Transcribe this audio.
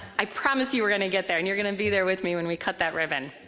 i promise you, we're gonna get there and you're gonna be there with me when we cut that ribbon.